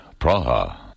Praha